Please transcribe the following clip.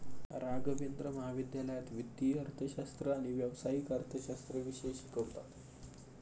राघवेंद्र महाविद्यालयात वित्तीय अर्थशास्त्र आणि व्यावसायिक अर्थशास्त्र विषय शिकवतात